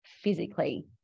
physically